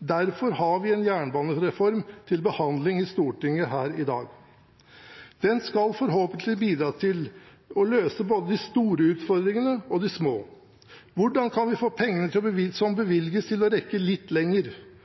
Derfor har vi en jernbanereform til behandling i Stortinget her i dag. Den skal forhåpentlig bidra til å løse både de store utfordringene og de små. Hvordan kan vi få pengene som bevilges, til å rekke litt lenger?